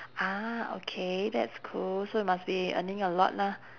ah okay that's cool so you must be earning a lot lah